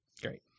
Great